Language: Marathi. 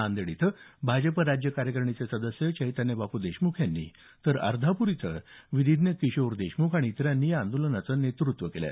नांदेड इथं भाजप राज्य कार्यकारिणीचे सदस्य चैतन्यबापू देशमुख यांनी तर अर्धापूर इथं विधीज्ञ किशोर देशमुख आणि इतरांनी या आंदोलनाचं नेतृत्व केलं